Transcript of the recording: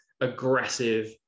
aggressive